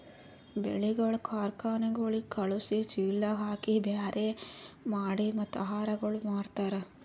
ಬೆಳಿಗೊಳ್ ಕಾರ್ಖನೆಗೊಳಿಗ್ ಖಳುಸಿ, ಚೀಲದಾಗ್ ಹಾಕಿ ಬ್ಯಾರೆ ಮಾಡಿ ಮತ್ತ ಆಹಾರಗೊಳ್ ಮಾರ್ತಾರ್